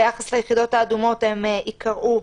ביחס ליחידות האדומות, הן ייקראו,